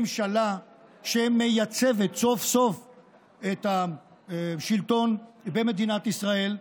ממשלה שמייצבת סוף-סוף את השלטון במדינת ישראל,